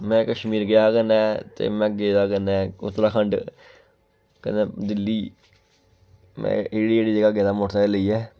में कश्मीर गेआ कन्नै ते में गेदा कन्नै उत्तराखंड कन्नै दिल्ली में एह्कड़ी एह्कड़ी जगह् गेदा मोटरसैकल लेइयै